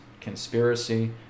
conspiracy